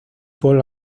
paul